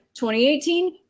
2018